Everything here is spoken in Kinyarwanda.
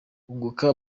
unguka